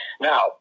Now